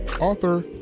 Author